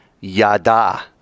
yada